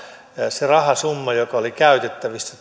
se rahasumma joka oli käytettävissä